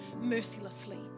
mercilessly